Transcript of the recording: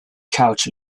couch